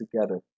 together